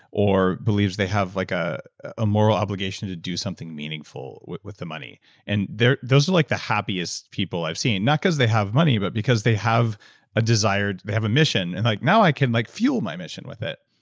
or believes they have like ah a moral obligation to do something meaningful with with the money and those are like the happiest people i've seen, not cause they have money, but because they have a desire. they have a mission. they're and like, now i can like fuel my mission with it.